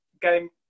game